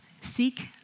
Seek